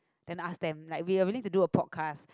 then ask them like we are willing to do a podcast